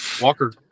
Walker